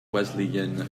wesleyan